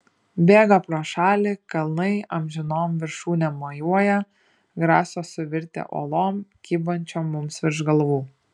bėga pro šalį kalnai amžinom viršūnėm mojuoja graso suvirtę uolom kybančiom mums virš galvų